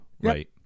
right